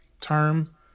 term